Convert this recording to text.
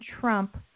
Trump